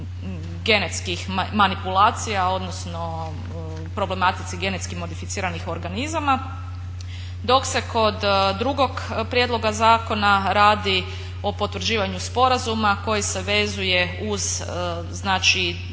genetskih manipulacija, odnosno problematici genetski modificiranih organizama. Dok se kod drugog prijedloga zakona radi o potvrđivanju sporazuma koji se vezuje uz znači